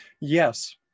yes